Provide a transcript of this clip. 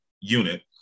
unit